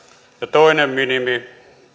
toinen minimi